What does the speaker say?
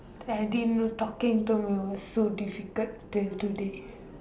I didn't know talking to me was so difficult till today